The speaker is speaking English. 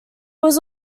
was